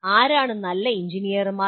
ആരാണ് നല്ല എഞ്ചിനീയർമാർ